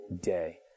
day